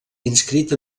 inscrit